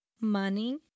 money